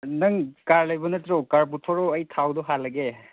ꯅꯪ ꯀꯥꯔ ꯂꯩꯕ ꯅꯠꯇ꯭ꯔꯣ ꯀꯥꯔ ꯄꯨꯊꯣꯔꯛꯑꯣ ꯑꯩ ꯊꯥꯎꯗꯣ ꯍꯥꯜꯂꯒꯦ